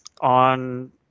on